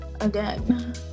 again